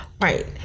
Right